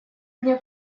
мне